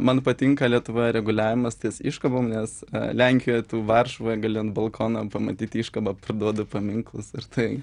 man patinka lietuvoje reguliavimas ties iškabomis lenkijoj varšuvoje gali ant balkono pamatyti iškabą parduodu paminklus ir tai